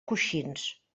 coixins